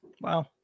wow